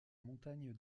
montagne